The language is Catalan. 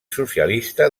socialista